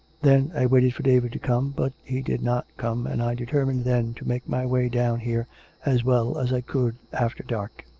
then i waited for david to come, but he did not come, and i determined then to make my way down here as well as i could after dark.